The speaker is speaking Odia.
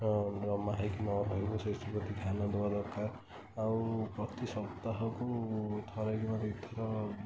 ହଁ ଜମା ହେଇକି ନ ରହିବ ସେଥିପ୍ରତି ଧ୍ୟାନ ଦବା ଦରକାର ଆଉ ପ୍ରତି ସପ୍ତାହକୁ ଥରେ କିମ୍ୱା ଦୁଇ ଥର